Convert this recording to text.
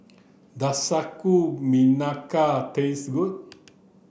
does sagu melaka taste good